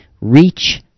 reach